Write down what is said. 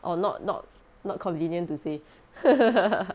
or not not not convenient to say